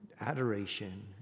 adoration